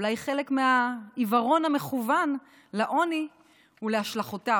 זה אולי חלק מהעיוורון המכוון לעוני ולהשלכותיו.